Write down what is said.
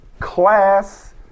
class